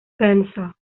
pensa